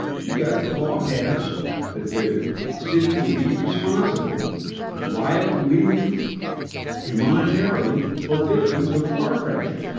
he got the law passed that the city would be responsible lia legally and monetarily for victims of car crashes.